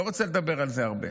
לא רוצה לדבר על זה הרבה,